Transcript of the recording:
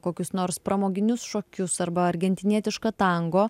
kokius nors pramoginius šokius arba argentinietišką tango